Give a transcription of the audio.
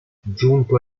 giunto